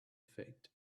fate